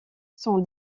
son